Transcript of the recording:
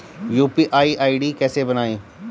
UPI ID कैसे बनाएं?